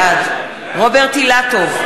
בעד רוברט אילטוב,